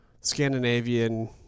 Scandinavian